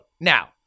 Now